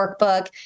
workbook